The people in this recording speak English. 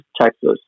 Texas